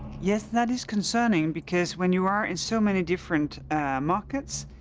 yes, that is concerning because when you are in so many different markets,